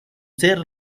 ser